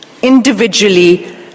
individually